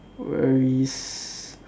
worries